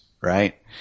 Right